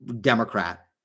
democrat